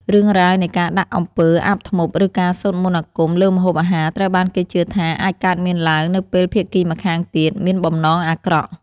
រឿងរ៉ាវនៃការដាក់អំពើអាបធ្មប់ឬការសូត្រមន្តអាគមលើម្ហូបអាហារត្រូវបានគេជឿថាអាចកើតមានឡើងនៅពេលភាគីម្ខាងទៀតមានបំណងអាក្រក់។